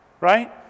right